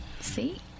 See